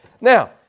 Now